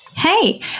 Hey